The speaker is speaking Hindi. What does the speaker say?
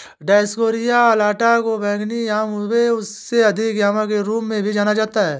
डायोस्कोरिया अलाटा को बैंगनी याम उबे या उससे अधिक याम के रूप में भी जाना जाता है